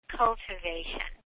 cultivation